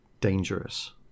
dangerous